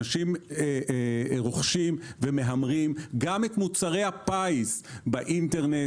אנשים רוכשים ומהמרים גם במוצרי הפיס באינטרנט.